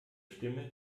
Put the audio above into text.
stimme